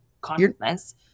consciousness